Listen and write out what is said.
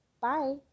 Bye